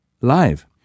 live